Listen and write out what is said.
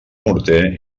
morter